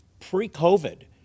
pre-COVID